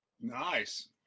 Nice